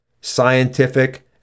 scientific